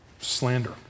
slander